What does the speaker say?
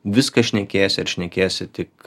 viską šnekėsi ar šnekėsi tik